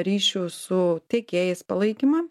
ryšių su tiekėjais palaikymą